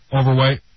overweight